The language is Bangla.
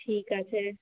ঠিক আছে